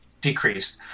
decreased